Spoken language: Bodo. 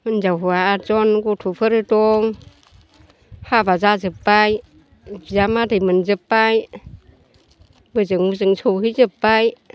हिनजाव हौवा आदज'न गथ'फोर दं हाबा जाजोब्बाय बिजामादै मोनजोब्बाय बोजों बोजों सहैजोब्बाय